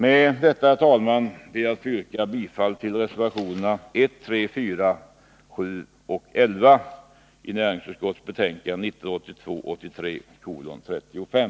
Med detta, herr talman, ber jag att få yrka bifall till reservationerna 1, 3,4, 7 och 11 i näringsutskottets betänkande 1982/83:35.